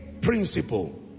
principle